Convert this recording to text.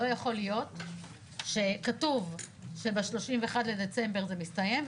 לא יכול להיות שכתוב שב-31 בדצמבר זה מסתיים,